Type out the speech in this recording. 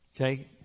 okay